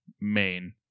main